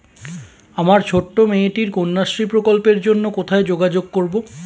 আমার ছোট্ট মেয়েটির কন্যাশ্রী প্রকল্পের জন্য কোথায় যোগাযোগ করব?